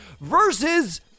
versus